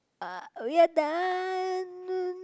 ah we are done